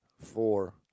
four